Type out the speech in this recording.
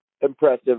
impressive